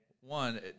one